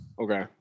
Okay